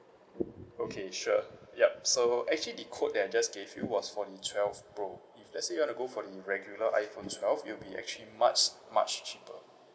okay sure yup so actually the quote that I just gave you was for the twelve pro if lets say you want to go for the regular iphone twelve it will be actually much much cheaper